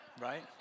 right